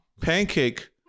Pancake